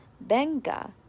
Benga